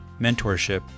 mentorship